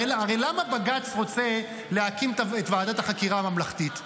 הרי למה בג"ץ רוצה להקים את ועדת החקירה הממלכתית?